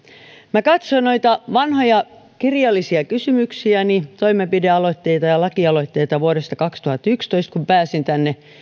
minä katsoin noita vanhoja kirjallisia kysymyksiäni toimenpidealoitteita ja lakialoitteita vuodesta kaksituhattayksitoista kun pääsin tänne